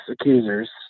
accusers